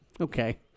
okay